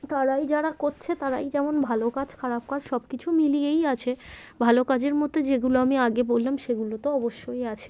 তারাই যারা করছে তারাই যেমন ভালো কাজ খারাপ কাজ সব কিছু মিলিয়েই আছে ভালো কাজের মধ্যে যেগুলো আমি আগে বললাম সেগুলো তো অবশ্যই আছে